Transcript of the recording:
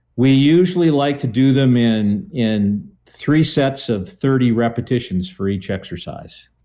we usually like to do them in in three sets of thirty repetitions for each exercise.